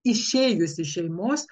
išėjus iš šeimos